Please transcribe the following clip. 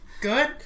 good